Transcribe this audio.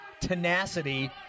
tenacity